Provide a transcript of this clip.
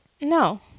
no